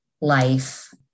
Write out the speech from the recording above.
life